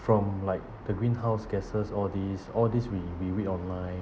from like the greenhouse gases all these all these we we read online